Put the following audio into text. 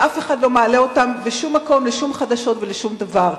ואף אחד לא מעלה אותם בשום מקום לשום חדשות ולשום דבר.